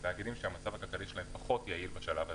תאגידים שהמצב הכלכלי שלהם פחות יעיל בשלב הזה.